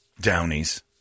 downies